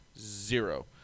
zero